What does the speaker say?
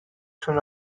تون